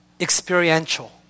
experiential